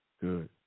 good